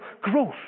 growth